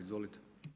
Izvolite.